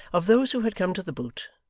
of those who had come to the boot,